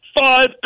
Five